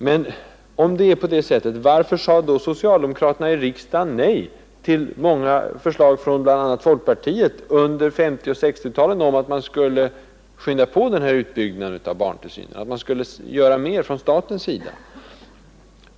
Men om det är på det sättet, varför sade då socialdemokraterna i riksdagen nej till många förslag från bl.a. folkpartiet under 1950 och 1960-talen att man skulle skynda på den här utbyggnaden av barntillsynen; att man skulle göra mer från statens sida?